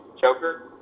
Joker